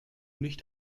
nicht